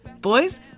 Boys